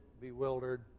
bewildered